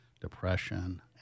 depression